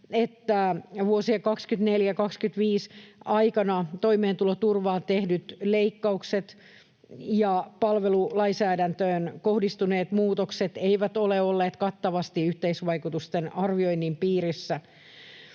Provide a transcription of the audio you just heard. että vuosien 24—25 aikana toimeentuloturvaan tehdyt leikkaukset ja palvelulainsäädäntöön kohdistuneet muutokset eivät ole olleet kattavasti yhteisvaikutusten arvioinnin piirissä.